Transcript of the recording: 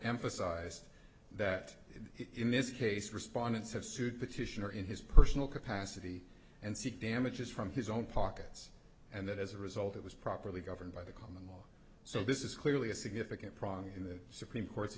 emphasized that in this case respondents have sued petitioner in his personal capacity and seek damages from his own pockets and that as a result it was properly governed by the common so this is clearly a significant problem in the supreme court